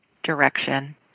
Direction